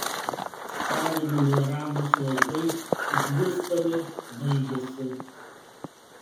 sąlyginai ramūs laikai hjustone baigėsi